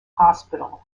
hospital